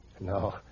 No